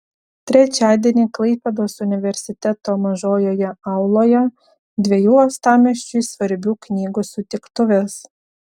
trečiadienį klaipėdos universiteto mažojoje auloje dviejų uostamiesčiui svarbių knygų sutiktuvės